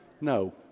no